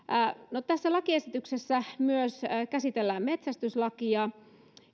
lakiesityksessä myös käsitellään metsästyslakia